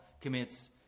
commits